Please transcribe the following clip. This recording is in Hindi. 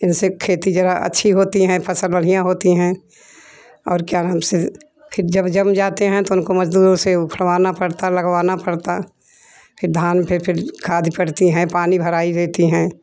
इनसे खेती ज़रा अच्छी होती हैं फसल बढ़िया होती हैं और क्या नाम से कि जब जम जाते हैं तो उनको मजदूरों से उखड़वाना पड़ता लगवाना पड़ता फिर धान फिर खाड पड़ती है पानी भराई रहती है